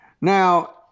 Now